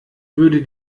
würde